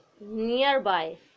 nearby